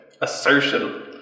Assertion